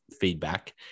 feedback